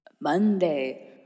Monday